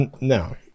No